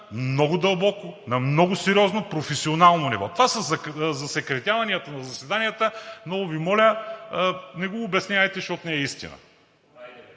много дълбоко на много сериозно професионално ниво. Това за засекретяванията на заседанията, много Ви моля, не го обяснявайте, защото не е истина.